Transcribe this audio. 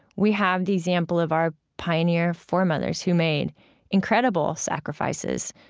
we have the example of our pioneer foremothers who made incredible sacrifices,